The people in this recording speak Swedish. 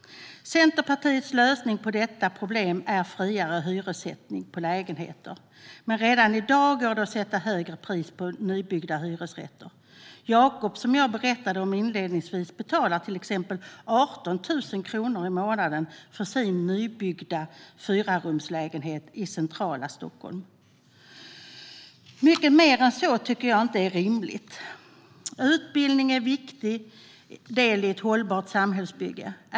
Centerpartiets lösning på detta problem är friare hyressättning på lägenheter. Men redan i dag går det att sätta högre pris på nybyggda hyresrätter. Jakob, som jag berättade om inledningsvis, betalar 18 000 kronor i månaden för sin nybyggda fyrarumslägenhet i centrala Stockholm. Mycket mer än så tycker jag inte är rimligt. Utbildning är en viktig del i ett hållbart samhällsbygge.